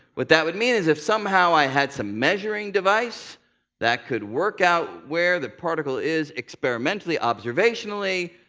what that would mean is if somehow i had some measuring device that could work out where the particle is experimentally, observationally,